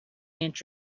inch